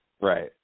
Right